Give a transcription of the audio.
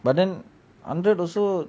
but then hundred also